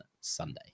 Sunday